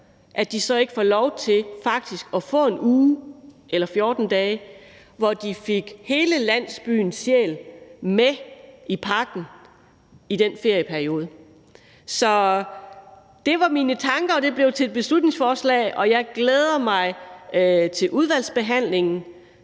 at de ikke får lov til faktisk at få en uge eller 14 dage, hvor de får hele landsbyens sjæl med i pakken i den ferieperiode. Det var mine tanker, og det blev til et beslutningsforslag, og jeg glæder mig til udvalgsbehandlingen.